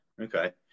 Okay